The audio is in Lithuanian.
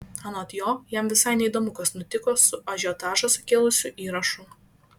anot jo jam visai neįdomu kas nutiko su ažiotažą sukėlusiu įrašu